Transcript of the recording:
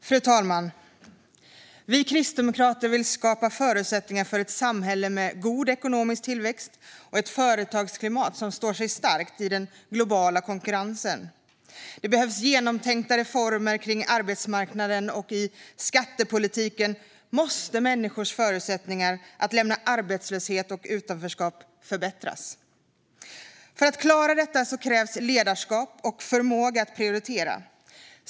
Fru talman! Vi kristdemokrater vill skapa förutsättningar för ett samhälle med god ekonomisk tillväxt och ett företagsklimat som står sig starkt i den globala konkurrensen. Det behövs genomtänkta reformer för arbetsmarknaden. I skattepolitiken måste människors förutsättningar att lämna arbetslöshet och utanförskap förbättras. För att klara detta krävs ledarskap och förmåga att prioritera.